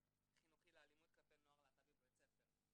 חינוכי לאלימות כלפי נוער להטב"י בבית ספר.